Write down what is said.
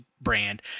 brand